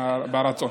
ברצון.